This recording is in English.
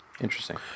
Interesting